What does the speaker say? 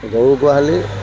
গৰু গোহালি